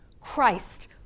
Christ